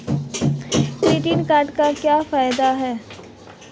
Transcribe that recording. Credit card के क्या फायदे हैं?